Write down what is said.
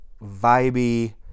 vibey